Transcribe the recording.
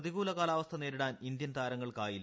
പ്രതികൂല കാലാവസ്ഥ നേരിടാൻ ഇന്ത്യൻ താരങ്ങൾക്കായില്ല